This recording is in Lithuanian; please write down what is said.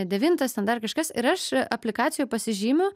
devintas ten dar kažkas ir aš aplikacijoj pasižymiu